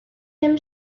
him